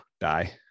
die